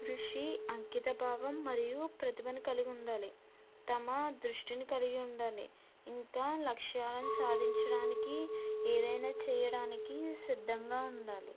కృషి అంకితభావం మరియు ప్రతిభను కలిగి ఉండాలి తమ దృష్టిని కలిగి ఉండాలి ఇంకా లక్ష్యాలను సాధించడానికి ఏదైనా చేయడానికి సిద్ధంగా ఉండాలి